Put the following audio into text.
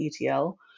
etl